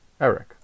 Eric